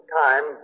time